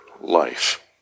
life